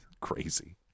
Crazy